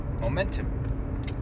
momentum